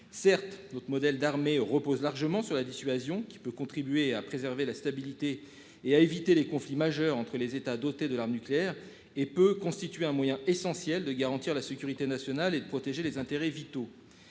Certes, notre modèle d'armée repose largement sur la dissuasion qui peut contribuer à préserver la stabilité et à éviter les conflits majeurs entre les États dotés de l'arme nucléaire et peut constituer un moyen essentiel de garantir la sécurité nationale et de protéger les intérêts vitaux.